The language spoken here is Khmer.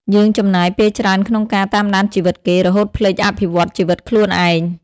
យើងចំណាយពេលច្រើនក្នុងការ "តាមដានជីវិតគេ" រហូតភ្លេច "អភិវឌ្ឍជីវិតខ្លួនឯង"។